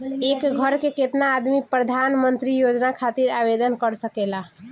एक घर के केतना आदमी प्रधानमंत्री योजना खातिर आवेदन कर सकेला?